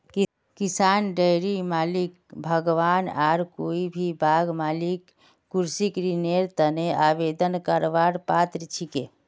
किसान, डेयरी मालिक, बागवान आर कोई भी बाग मालिक कृषि ऋनेर तने आवेदन करवार पात्र छिके